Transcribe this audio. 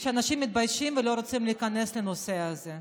אנשים מתביישים ולא רוצים להיכנס לנושא הזה.